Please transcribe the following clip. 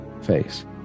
face